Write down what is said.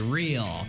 real